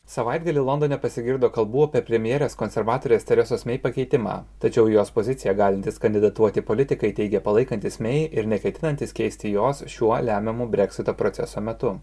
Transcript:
savaitgalį londone pasigirdo kalbų apie premjerės konservatorės teresos mei pakeitimą tačiau į jos poziciją galintys kandidatuoti politikai teigia palaikantys mei ir neketinantys keisti jos šiuo lemiamu breksito proceso metu